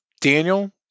Daniel